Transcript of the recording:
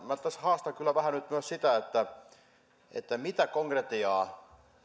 minä tässä haastan kyllä vähän nyt myös sitä että mitä konkretiaa